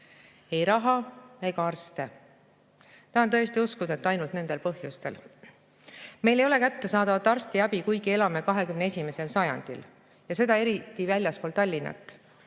ei raha ega arste. Tahan tõesti uskuda, et ainult nendel põhjustel. Meil ei ole kättesaadavat arstiabi, kuigi elame 21. sajandil, ja seda eriti väljaspool Tallinna.